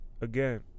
Again